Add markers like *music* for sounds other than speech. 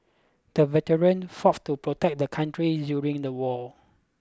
the veteran *unintelligible* to protect the country during the war